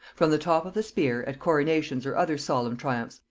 from the top of the spire, at coronations or other solemn triumphs,